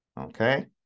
Okay